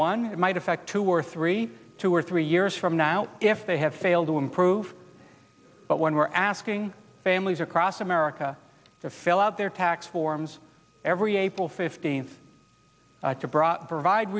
one might affect two or three two or three years from now if they have failed to improve but we're asking families across america to fill out their tax forms every april fifteenth